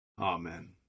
Amen